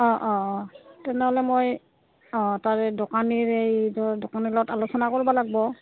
অঁ অঁ অঁ তেনেহ'লে মই অঁ তাৰে দোকানীৰ এই ধৰ দোকানী লগত আলোচনা কৰিব লাগিব